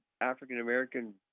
African-American